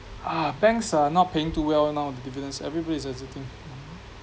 ah banks are not paying too well now dividends everybody is exiting